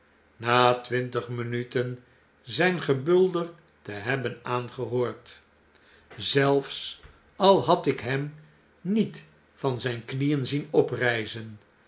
na twintig minuten zyn gebulder te hebben aangehoord zelfs al had ik hem niet van zyn knieen zien